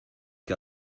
que